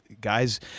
guys